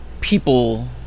people